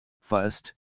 First